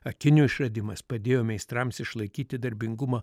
akinių išradimas padėjo meistrams išlaikyti darbingumą